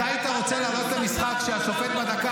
אתה היית רוצה לעלות למשחק כשהשופט בדקה